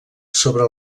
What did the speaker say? sobre